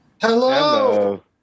Hello